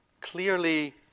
clearly